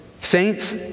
saints